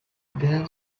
there